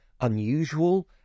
unusual